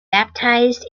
baptised